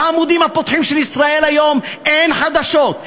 בעמודים הפותחים של "ישראל היום" אין חדשות,